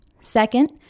Second